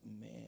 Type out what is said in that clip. man